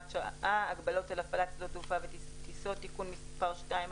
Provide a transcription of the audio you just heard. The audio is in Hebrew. שעה) (הגבלות על הפעלת שדות תעופה וטיסות) (תיקון מס' 2),